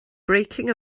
breaking